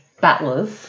battlers